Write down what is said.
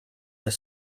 the